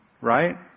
Right